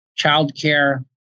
childcare